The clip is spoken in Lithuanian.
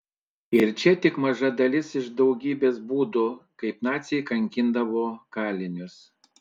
ir čia tik maža dalis iš daugybės būdų kaip naciai kankindavo kalinius